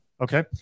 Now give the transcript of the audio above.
Okay